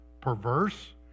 perverse